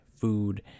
food